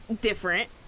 Different